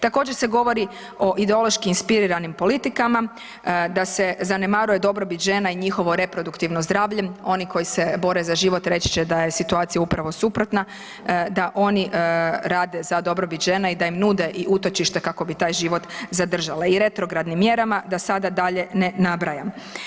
Također se govori o ideološki inspiriranim politikama, da se zanemaruje dobrobit žena i njihovo reproduktivno zdravlje, oni koji se bore za život reći će da je situacija upravo suprotna, da oni rade za dobrobit žene i da im nude i utočište kako bi taj život zadržale, i retrogradnim mjerama da sada dalje ne nabrajam.